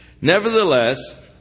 Nevertheless